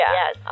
yes